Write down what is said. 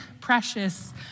precious